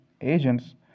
agents